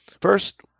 First